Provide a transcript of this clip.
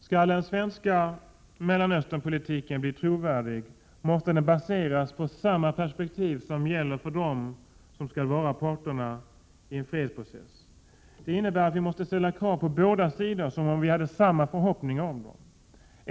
Skall den svenska Mellanösternpolitiken bli trovärdig måste Prot. 1987/88:129 den utgå från deras perspektiv som skall vara parterna i en fredsprocess. Det 30 maj 1988 innebär att vi måste ställa krav på båda sidor som om vi hade samma förhoppningar om dem.